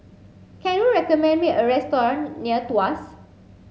can you recommend me a restaurant near Tuas